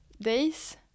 days